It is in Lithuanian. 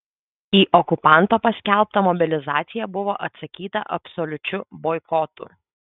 į okupanto paskelbtą mobilizaciją buvo atsakyta absoliučiu boikotu